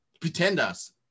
Pretenders